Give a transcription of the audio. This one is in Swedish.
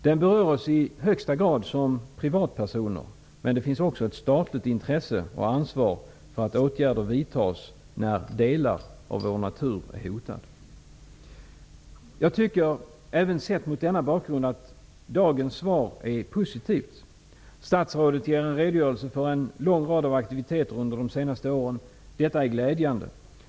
Den berör oss i högsta grad som privatpersoner, men det finns också ett statligt intresse och ansvar för att åtgärder vidtas när delar av vår natur är hotade. Jag tycker, även sett mot denna bakgrund, att dagens svar är positivt. Statsrådet ger en redogörelse för en lång rad av aktiviteter under de senaste åren. Detta är glädjande.